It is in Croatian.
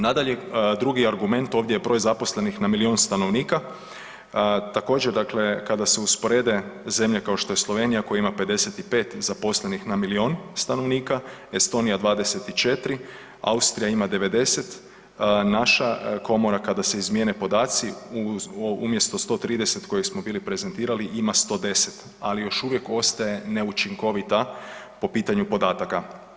Nadalje, drugi argument ovdje je broj zaposlenih na milijun stanovnika također kada se usporede zemlje kao što Slovenija koja ima 55 zaposlenih na milijun stanovnika, Estonija 24, Austrija ima 90 naša komora kada se izmijene podaci umjesto 130 koje smo bili prezentirali ima 110, ali još uvijek ostaje neučinkovita po pitanju podataka.